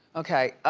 okay,